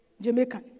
Jamaican